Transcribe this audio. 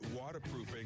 Waterproofing